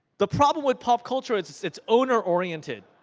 the problem with pop culture is it's it's owner oriented.